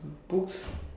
books